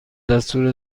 دستور